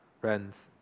Friends